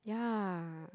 yeah